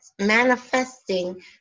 manifesting